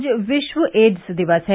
आज विश्व एड्स दिवस है